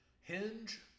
hinge